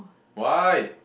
why